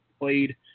played